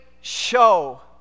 show